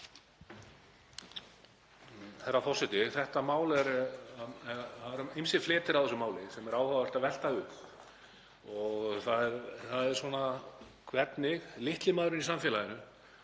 Það eru ýmsir fletir á þessu máli sem er áhugavert að velta upp og það er svona hvernig litli maðurinn í samfélaginu